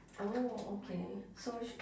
orh okay so